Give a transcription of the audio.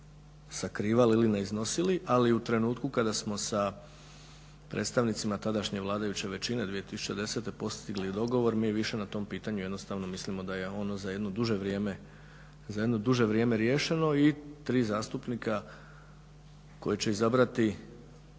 sakrivali ili ne iznosili, ali u trenutku kada smo sa predstavnicima tadašnje vladajuće većine 2010 . postigli dogovor, mi više na tom pitanju jednostavno mislimo da je ono za jedno duže vrijeme riješeno i tri zastupnika koji će izabrati